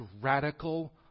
radical